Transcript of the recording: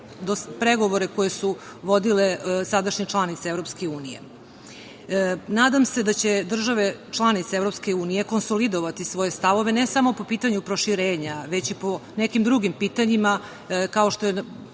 pregovore koje su vodile sadašnje članice EU.Nadam se da će države članice EU konsolidovati svoje stavove, ne samo po pitanju proširenja, već i po nekim drugim pitanjima, kao što je,